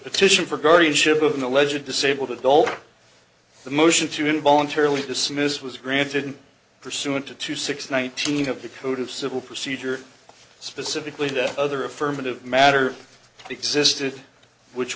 petition for guardianship of an alleged disabled adult the motion to involuntarily dismiss was granted pursuant to two six nineteen of the code of civil procedure specifically death other affirmative matter existed which